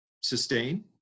sustain